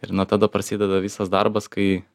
ir nuo tada prasideda visas darbas kai